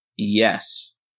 yes